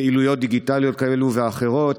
פעילויות דיגיטליות כאלה ואחרות,